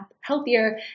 healthier